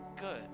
good